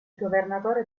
governatore